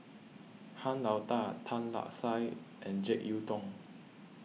Han Lao Da Tan Lark Sye and Jek Yeun Thong